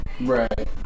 Right